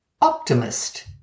Optimist